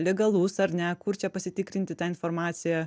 legalus ar ne kur čia pasitikrinti tą informaciją